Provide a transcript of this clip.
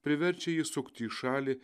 priverčia jį sukti į šalį